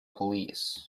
police